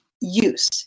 use